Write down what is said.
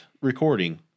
recording